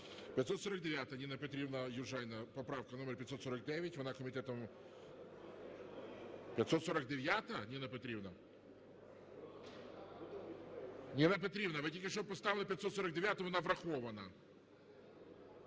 Ніна Петрівна Южаніна, поправка номер 549. Вона комітетом... 549-а, Ніна Петрівна? Ніна Петрівна, ви тільки що поставили 549-у, вона врахована.